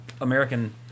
American